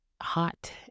hot